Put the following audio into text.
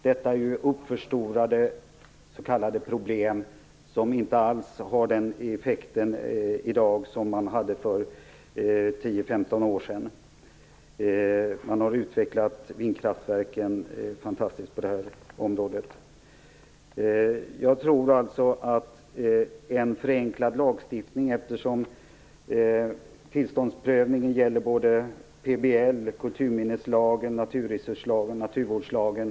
Detta är uppförstorade s.k. problem som inte alls har samma effekt i dag som de hade för 10-15 år sedan. Vindkraftverken har utvecklats fantastiskt mycket på det här området. Jag tror att det vore bra med en förenklad lagstiftning. Tillståndsprövning skall ske enligt såväl PBL som kulturminneslagen, naturresurslagen och naturvårdslagen.